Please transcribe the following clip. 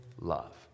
love